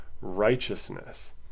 righteousness